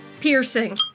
Piercing